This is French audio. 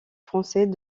français